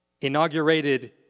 inaugurated